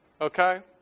okay